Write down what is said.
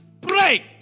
break